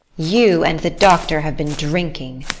you and the doctor have been drinking!